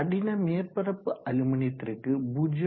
கடின மேற்பரப்பு அலுமினியத்திற்கு 0